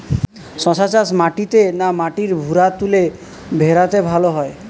শশা চাষ মাটিতে না মাটির ভুরাতুলে ভেরাতে ভালো হয়?